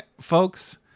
folks